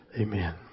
Amen